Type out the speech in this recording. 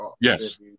Yes